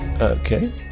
Okay